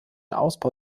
ausbau